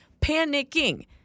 panicking